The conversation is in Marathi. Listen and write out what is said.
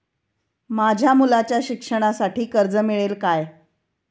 माझ्या मुलाच्या शिक्षणासाठी कर्ज मिळेल काय?